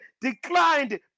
declined